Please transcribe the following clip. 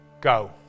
go